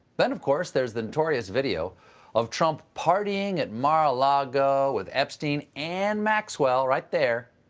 then of course there is the notorious video of trump partying at mar a lago with epstein and maxwell right there.